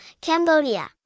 Cambodia